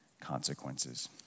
consequences